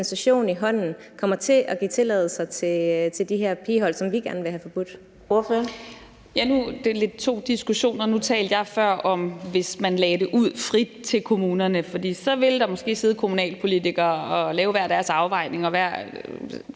dispensation i hånden kommer til at give tilladelser til de her pigehold, som vi gerne vil have forbudt?